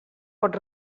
pot